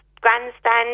grandstand